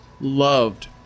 loved